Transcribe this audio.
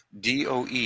DOE